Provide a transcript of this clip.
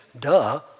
Duh